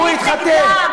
הוא התחתן,